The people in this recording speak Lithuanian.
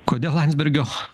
kodėl landsbergio